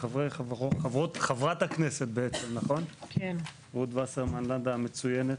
לחברת הכנסת רות וסרמן לנדה המצוינת